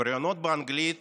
בראיונות באנגלית